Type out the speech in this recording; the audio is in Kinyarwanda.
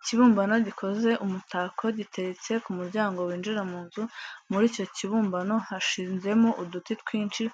Ikibumbano gikoze umutako giteretse ku muryango winjira mu nzu, muri icyo kibumbano hashinzemo uduti twinshi,